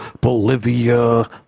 Bolivia